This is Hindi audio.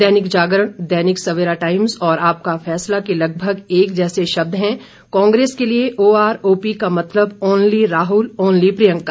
दैनिक जागरण दैनिक सवेरा टाइम्स और आपका फैसला के लगभग एक जैसे शब्द हैं कांग्रेस के लिए ओरआरओपी का मतलब ओनली राहुल ओनली प्रियंका